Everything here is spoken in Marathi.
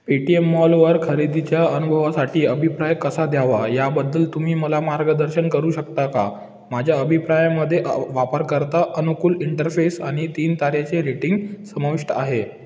पेटीएम मॉलवर खरेदीच्या अनुभवासाठी अभिप्राय कसा द्यावा याबद्दल तुम्ही मला मार्गदर्शन करू शकता का माझ्या अभिप्रायमध्ये वापरकर्ता अनुकूल इंटरफेस आणि तीन ताऱ्याचे रेटिंग समाविष्ट आहे